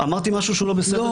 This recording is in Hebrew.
אמרתי משהו שהוא לא בסדר?